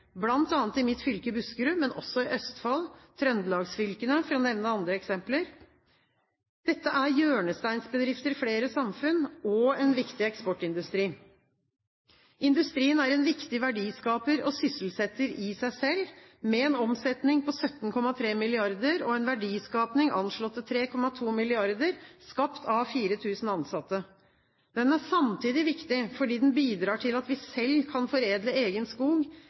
i mitt fylke, Buskerud, og i Østfold og i trøndelagsfylkene – for å nevne andre eksempler. Dette er hjørnesteinsbedrifter i flere samfunn og en viktig eksportindustri. Industrien er en viktig verdiskaper og sysselsetter i seg selv med en omsetning på 17,3 mrd. kr og en verdiskaping anslått til 3,2 mrd. kr – skapt av 4 000 ansatte. Den er samtidig viktig fordi den bidrar til at vi selv kan foredle egen skog,